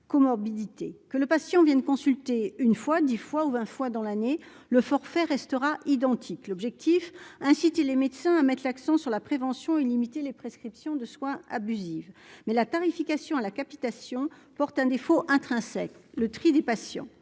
Que le patient vienne consulter une fois, dix fois ou vingt fois dans l'année, le forfait restera identique. L'objectif : inciter les médecins à mettre l'accent sur la prévention et limiter les prescriptions de soins abusives. Mais la tarification à la capitation porte un défaut intrinsèque : le tri des patients.